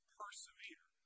persevere